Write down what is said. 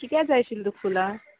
कित्या जाय आशिल्ल तुक फुलां